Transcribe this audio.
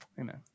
amen